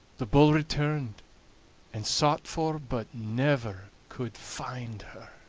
the bull returned and sought for but never could find her.